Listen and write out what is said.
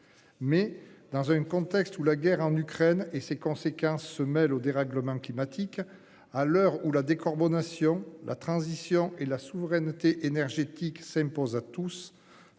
Mais dans un contexte où la guerre en Ukraine et ses conséquences se mêle au dérèglement climatique. À l'heure où la décarbonation la transition et la souveraineté énergétique s'impose à tous.